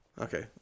okay